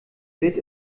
wird